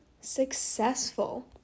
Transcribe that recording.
successful